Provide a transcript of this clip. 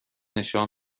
نشان